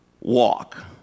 walk